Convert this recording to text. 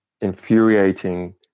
infuriating